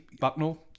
bucknell